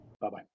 Bye-bye